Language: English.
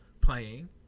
playing